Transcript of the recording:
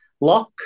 Lock